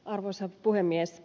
arvoisa puhemies